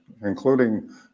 including